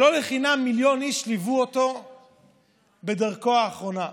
שלא לחינם מיליון איש ליוו אותו בדרכו האחרונה.